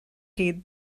chi